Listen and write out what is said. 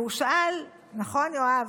והוא שאל, נכון, יואב?